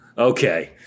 Okay